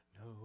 No